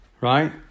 Right